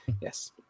yes